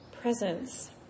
presence